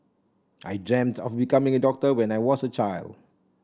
I dreamt of becoming a doctor when I was a child